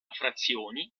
frazioni